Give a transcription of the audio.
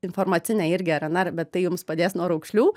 informacinę irgi rnr bet tai jums padės nuo raukšlių